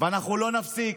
ואנחנו לא נפסיק,